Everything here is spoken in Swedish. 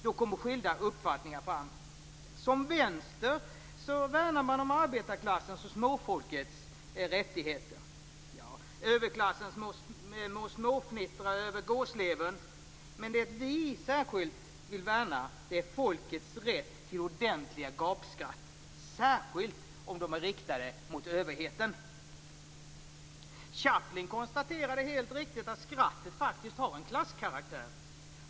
Då kommer skilda uppfattningar fram. Kommer man från vänstern värnar man om arbetarklassens och småfolkets rättigheter. Överklassen må småfnittra över gåslevern, men det vi vill värna är folkets rätt till ordentliga gapskratt - särskilt om de är riktade mot överheten. Chaplin konstaterade helt riktigt att skrattet faktiskt har en klasskaraktär.